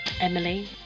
Emily